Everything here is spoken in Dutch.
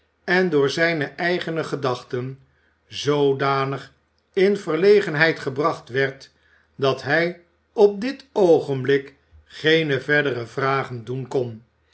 en door zijne eigene gedachten zoodanig in verlegenheid gebracht werd dat hij op dit oogenblik geene verdere vragen doen kon